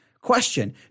Question